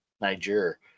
Niger